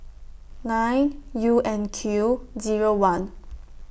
nine U N Q Zero one